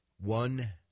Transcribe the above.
one